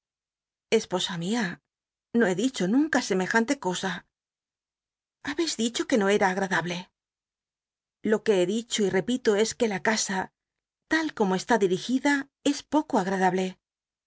osa mia no he dicho n unca semejante cosa habeis dicho c ue no era agradable lo que he dicho y repito es que la casa l a como cstr í ci l'igida es poco agradable